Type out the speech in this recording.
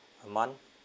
a month